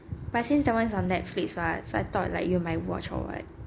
but since that one is on netflix [what] so I thought like you might watch or what